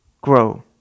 grow